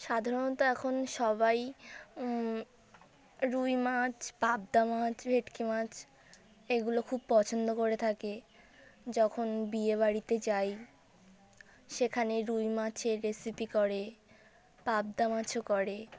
সাধারণত এখন সবাই রুই মাছ পাবদা মাছ ভেটকি মাছ এগুলো খুব পছন্দ করে থাকে যখন বিয়েবাড়িতে যাই সেখানে রুই মাছের রেসিপি করে পাবদা মাছও করে